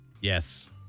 Yes